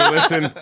Listen